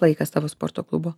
laikas tavo sporto klubo